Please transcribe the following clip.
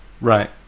Right